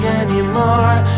anymore